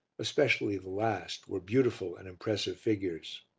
especially the last, were beautiful and impressive figures.